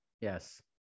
yes